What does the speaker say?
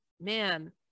man